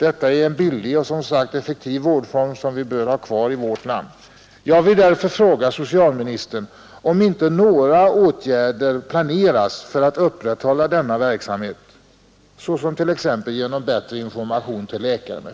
Detta är en billig och, som sagt, effektiv vårdform, som vi bör ha kvar i vårt land.